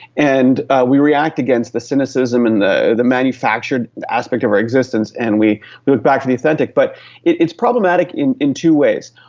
and we react against the cynicism and the the manufactured aspect of our existence and we move back to the authentic. but it's problematic in in two ways.